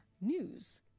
news